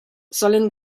sollen